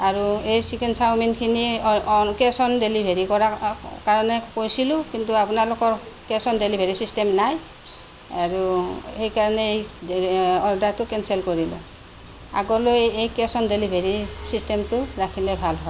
আৰু এই চিকেন চাওমিনখিনি অন কেচ অন ডেলিভাৰী কৰা কাৰণে কৈছিলোঁ কিন্তু আপোনালোকৰ কেচ অন ডেলিভাৰী চিষ্টেম নাই আৰু সেইকাৰণে এই অৰ্ডাৰটো কেনচেল কৰিলোঁ আগলৈ এই কেচ অন ডেলিভাৰী চিষ্টেমটো ৰাখিলে ভাল হয়